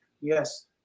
Yes